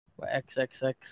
XXX